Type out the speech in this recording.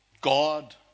God